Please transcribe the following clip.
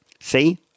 See